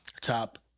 top